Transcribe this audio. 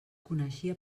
coneixia